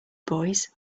boys